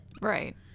Right